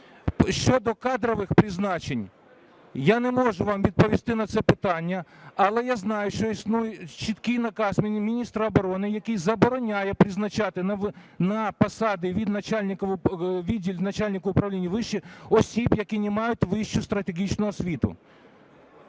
Щодо кадрових призначень, я не можу вам відповісти на це питання. Але я знаю, що існує чіткий наказ міністра оборони, який забороняє призначати на посади у відділ начальника управління вищій осіб, які не мають вищу стратегічну освіту.